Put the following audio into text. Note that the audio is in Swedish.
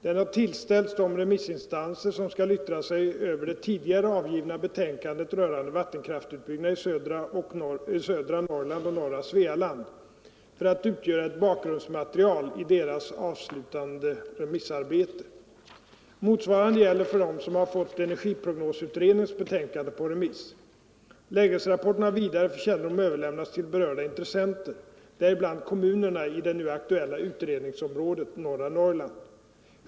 Den har tillställts de remissinstanser som skall yttra sig över det tidigare avgivna betänkandet rörande vattenkraftsutbyggnader i södra Norrland och norra Svealand för att utgöra ett bakgrundsmaterial i deras avslutande remissarbete. Motsvarande gäller för dem som har fått energiprognosutredningens betänkande på remiss. Lägesrapporten har vidare för kännedom överlämnats till berörda intressenter, däribland kommunerna i det nu aktuella utredningsområdet, norra Norrland.